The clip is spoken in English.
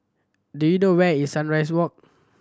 do you know where is Sunrise Walk